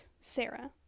Sarah